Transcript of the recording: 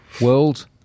world